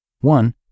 one